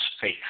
faith